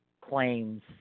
claims